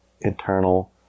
internal